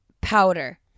powder